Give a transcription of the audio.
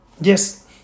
Yes